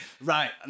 right